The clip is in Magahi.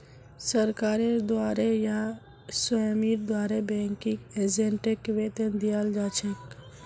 सरकारेर द्वारे या स्वामीर द्वारे बैंकिंग एजेंटक वेतन दियाल जा छेक